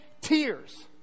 tears